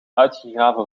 uitgegraven